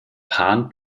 pan